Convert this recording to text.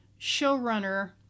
showrunner